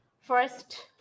first